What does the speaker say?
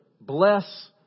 bless